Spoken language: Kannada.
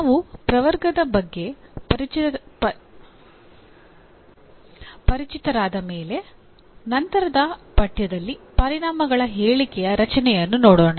ನಾವು ಪ್ರವರ್ಗದ ಬಗ್ಗೆ ಪರಿಚಿತರಾದ ಮೇಲೆ ನಂತರದ ಪಠ್ಯದಲ್ಲಿ ಪರಿಣಾಮಗಳ ಹೇಳಿಕೆಯ ರಚನೆಯನ್ನು ನೋಡೋಣ